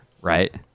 Right